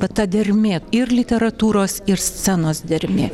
vat ta dermė ir literatūros ir scenos dermė